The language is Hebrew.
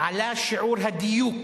עלה שיעור הדיוק